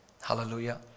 Hallelujah